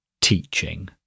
teaching